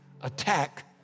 attack